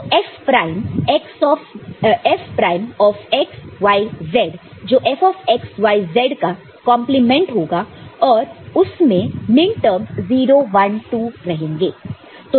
तो F prime x y z जो F x y z का कंपलीमेंट होगा और उसमें मिनटर्म्स 0 1 2 रहेंगे